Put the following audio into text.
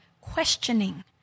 questioning